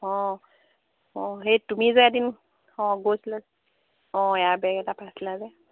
অঁ অঁ সেই তুমি যে এদিন অঁ গৈছিলো অঁ এয়াৰ বেগ এটা পাইছিলা যে